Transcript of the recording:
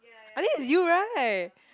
I think is you right